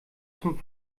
zum